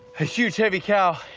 a huge, heavy cow,